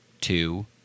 two